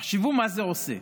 תחשבו מה זה עושה: